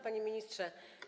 Panie Ministrze!